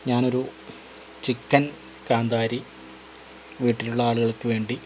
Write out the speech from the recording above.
ഞാനൊരു ചിക്കൻ കാന്താരി വീട്ടിലുള്ള ആളുകൾക്ക് വേണ്ടി